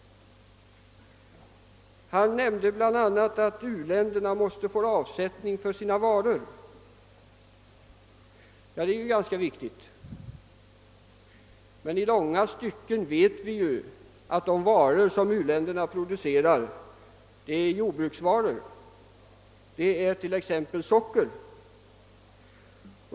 Han nämnde bland annat att u-länderna måste få avsättning för sina varor. Ja, det är ju ganska viktigt. Men vi vet ju att de varor som u-länderna producerar till stor del är jordbruksvaror. Det är t.ex. socker.